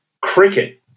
cricket